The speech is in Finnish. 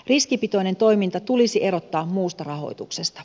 riskipitoinen toiminta tulisi erottaa muusta rahoituksesta